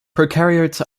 prokaryotes